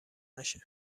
نشه